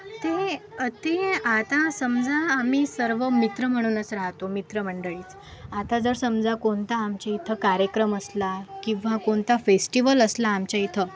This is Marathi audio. ते ते आता समजा आम्ही सर्व मित्र म्हणूनच राहतो मित्रमंडळी आता जर समजा कोणता आमच्या इथं कार्यक्रम असला किंवा कोणता फेस्टिवल असला आमच्या इथं